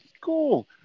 Cool